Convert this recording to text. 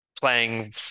playing